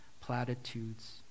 platitudes